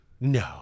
No